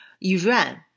Iran